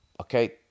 Okay